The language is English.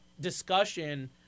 discussion